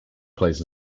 plays